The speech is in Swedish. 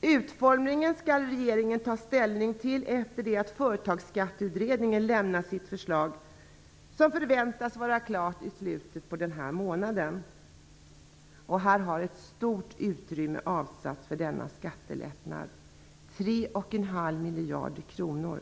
Utformningen skall regeringen ta ställning till efter det att Företagsskatteutredningen lämnat sitt förslag som förväntas vara klart i slutet av denna månad. Ett stort utrymme har avsetts för denna skattelättnad, 3,5 miljarder kronor.